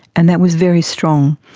and that was very strong.